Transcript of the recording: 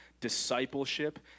Discipleship